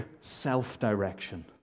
self-direction